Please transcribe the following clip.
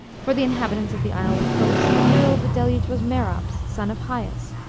for the inhabitants of the isle of cos the hero of the deluge was merops, son of hyas,